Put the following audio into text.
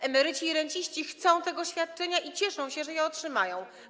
Emeryci i renciści chcą tego świadczenia i cieszą się, że je otrzymają.